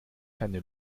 keine